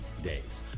days